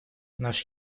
наш